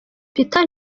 peter